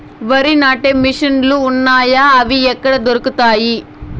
వరి నాటే మిషన్ ను లు వున్నాయా? అవి ఎక్కడ దొరుకుతాయి?